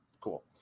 Cool